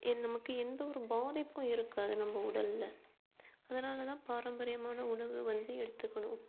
என் நமக்கு எந்த ஒரு பாதிப்பும் இருக்காது நம்ம உடலில் அதனால் தான் பாரம்பரியமான உணவு வந்து எடுத்துக்கணும்